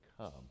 come